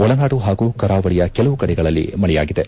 ಒಳನಾಡು ಪಾಗೂ ಕರಾವಳಿಯ ಕೆಲವು ಕಡೆಗಳಲ್ಲಿ ಮಳೆಯಾಗಿದೆ